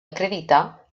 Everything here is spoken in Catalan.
acreditar